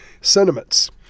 sentiments